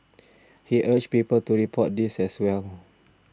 he urged people to report these as well